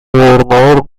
gobernador